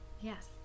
Yes